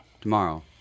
Tomorrow